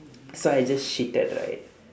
so I just shitted right